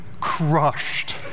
crushed